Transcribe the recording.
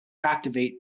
activate